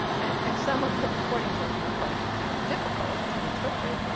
and and some of the recordings are are quite difficult to interpret.